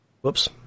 Whoops